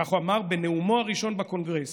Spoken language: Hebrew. כך הוא אמר בנאומו הראשון בקונגרס.